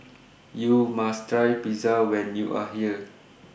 YOU must Try Pizza when YOU Are here